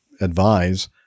advise